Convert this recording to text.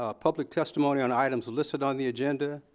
ah public testimony on items listed on the agenda.